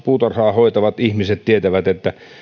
puutarhaa hoitavat ihmiset tietävät että